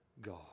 god